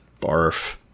Barf